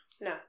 No